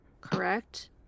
correct